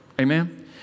Amen